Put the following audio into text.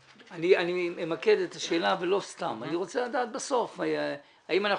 אני אמקד את השאלה ולא סתם: אני רוצה לדעת בסוף האם אנחנו